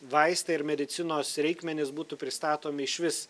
vaistai ir medicinos reikmenys būtų pristatomi išvis